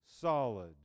solid